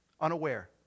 unaware